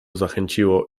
zachęciło